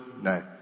no